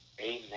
Amen